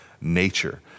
nature